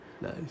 nice